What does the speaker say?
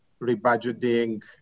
rebudgeting